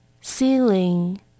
ceiling